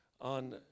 on